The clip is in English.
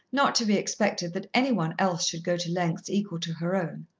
not to be expected that any one else should go to lengths equal to her own.